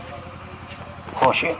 खुश